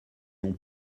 non